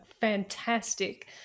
fantastic